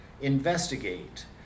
Investigate